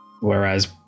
Whereas